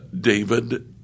David